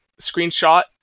screenshot